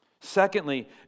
Secondly